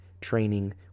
training